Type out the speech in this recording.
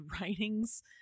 writings